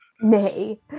Nay